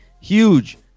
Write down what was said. huge